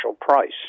price